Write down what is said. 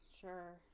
Sure